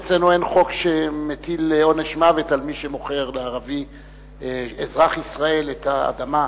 אצלנו אין חוק שמטיל עונש מוות על מי שמוכר לערבי אזרח ישראל את האדמה,